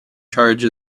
charge